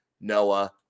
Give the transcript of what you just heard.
Noah